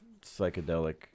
psychedelic